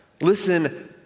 Listen